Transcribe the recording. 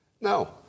No